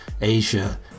Asia